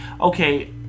Okay